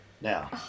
Now